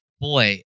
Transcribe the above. boy